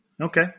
Okay